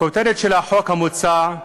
הכותרת של החוק המוצע,